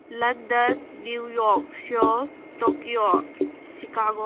London New York Seoul Tokyo Chicago